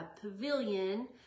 pavilion